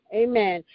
amen